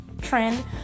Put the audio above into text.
trend